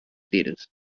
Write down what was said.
theatres